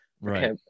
Right